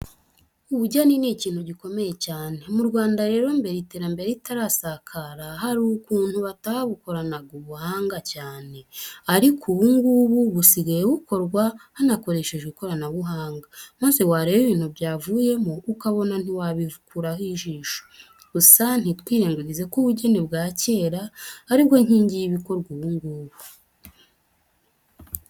Ubugeni ni ikintu gikomeye cyane. Mu Rwanda rero mbere iterambere ritarasakara hari ukuntu batabukoranaga ubuhanga cyane ariko ubu ngubu busigaye bukorwa hanakoreshejwe ikoranabuhanga maze wareba ibintu byavuyemo ukabona ntiwabikuraho ijisho, gusa ntitwirengagize ko ubugeni bwa kera ari bwo nkingi y'ibikorwa ubu ngubu.